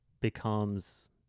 becomes